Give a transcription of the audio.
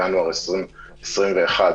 ינואר 2021,